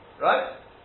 Right